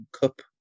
cup